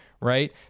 right